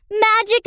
Magic